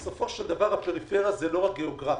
בסופו של דבר, הפריפריה זה לא רק גיאוגרפיה,